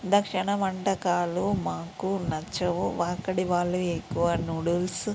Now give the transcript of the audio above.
దక్షిణ వంటకాలు మాకు నచ్చవు అక్కడివాళ్ళు ఎక్కువ నూడిల్సు